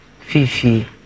Fifi